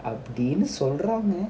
அப்டினுசொல்லறாங்க:apdinu sollaranga